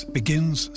begins